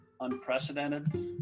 unprecedented